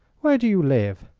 where do you live?